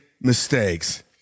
mistakes